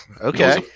Okay